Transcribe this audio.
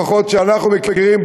לפחות באזור שאנחנו מכירים,